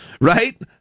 right